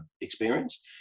experience